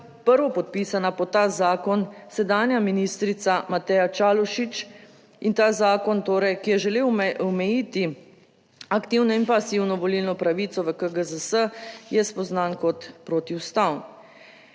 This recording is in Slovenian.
prvopodpisana pod ta zakon, sedanja ministrica Mateja Čalušić in ta zakon torej, ki je želel omejiti aktivno in pasivno volilno pravico v KGZS je spoznan kot protiustaven.